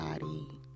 body